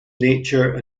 nature